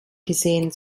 gesehen